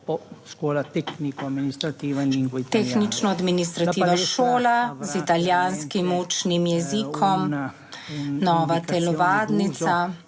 tehnično administrativna šola z italijanskim učnim jezikom, nova telovadnica